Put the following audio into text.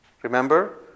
Remember